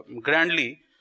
grandly